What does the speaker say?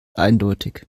eindeutig